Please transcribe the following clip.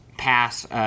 pass